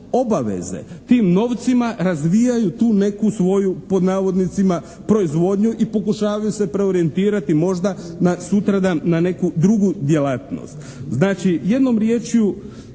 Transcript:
Tim novcima razvijaju tu neku svoju pod navodnicima proizvodnju i pokušavaju se preorijentirati možda na sutradan na neku drugu djelatnost. Znači, jednom riječju